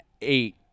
Eight